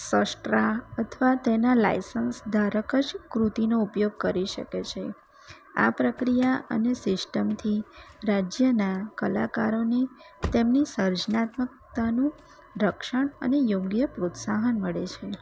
સસ્ટરા અથવા તેના લાઇસન્સ ધારક જ કૃતિનો ઉપયોગ કરી શકે છે આ પ્રક્રિયા અને સિસ્ટમથી રાજ્યના કલાકારોને તેમની સર્જનાત્મકતાનું રક્ષણ અને યોગ્ય પ્રોત્સાહન મળે છે